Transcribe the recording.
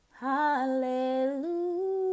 Hallelujah